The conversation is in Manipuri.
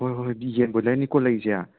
ꯍꯣꯏ ꯍꯣꯏ ꯕꯤ ꯌꯦꯟ ꯕꯣꯏꯂꯔꯅꯤꯀꯣ ꯂꯩꯔꯤꯁꯦ